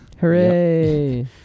Hooray